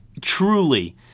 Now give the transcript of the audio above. truly